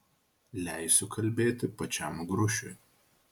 leisiu kalbėti pačiam grušiui